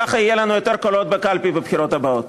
כך יהיו לנו יותר קולות בקלפי בבחירות הבאות.